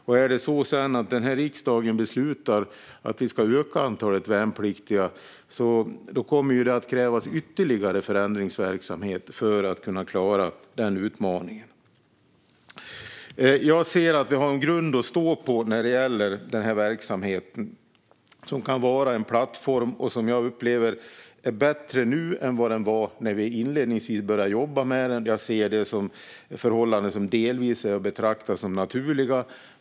Om denna riksdag sedan beslutar att vi ska öka antalet värnpliktiga kommer det att krävas ytterligare förändringsverksamhet för att denna utmaning ska klaras av. Jag ser att vi har en grund att stå på när det gäller denna verksamhet som kan vara en plattform, och som jag upplever är bättre nu än vad den var när vi inledningsvis började jobba med den. Jag ser det som förhållanden som delvis är att betrakta som naturliga.